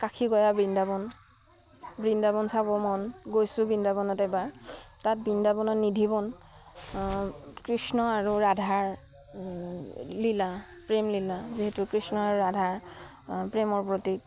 কাশী গয়া বৃন্দাবন বৃন্দাবন চাব মন গৈছোঁ বৃন্দাবনত এবাৰ তাত বৃন্দাবনত নিধিবন কৃষ্ণ আৰু ৰাধাৰ লীলা প্ৰেমলীলা যিহেতু কৃষ্ণ আৰু ৰাধাৰ প্ৰেমৰ প্ৰতীক